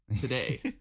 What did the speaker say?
today